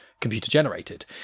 computer-generated